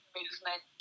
movement